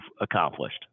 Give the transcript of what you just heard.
accomplished